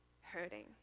hurting